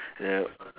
the